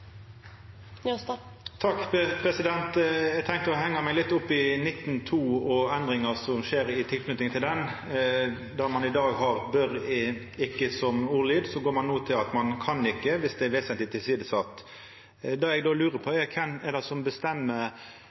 Eg tenkte hengja meg litt opp i § 19-2 og endringa som skjer i tilknyting til den. Der ein i dag har «bør ikke» som ordlyd, går ein no til at ein «kan ikke» viss det er «vesentlig tilsidesatt». Det eg lurar på, er kven det er som bestemmer kva som er ei regional og nasjonal interesse. Er det noko som